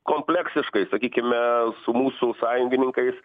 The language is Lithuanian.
kompleksiškai sakykime su mūsų sąjungininkais